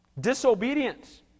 Disobedience